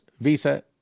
Visa